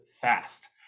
fast